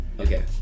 Okay